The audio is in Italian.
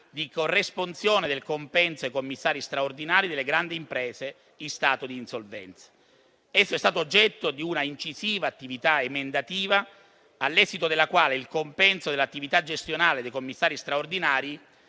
di corresponsione del compenso ai commissari straordinari delle grandi imprese in stato di insolvenza. Esso è stato oggetto di una incisiva attività emendativa, all'esito della quale il compenso dell'attività gestionale dei commissari straordinari